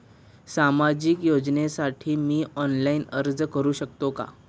सामाजिक योजनेसाठी मी ऑनलाइन अर्ज करू शकतो का?